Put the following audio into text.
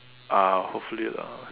ah hopefully lor